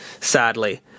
sadly